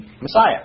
Messiah